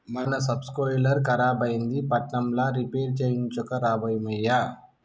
మన సబ్సోయిలర్ ఖరాబైంది పట్నంల రిపేర్ చేయించుక రా బీమయ్య